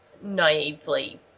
naively